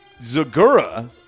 Zagura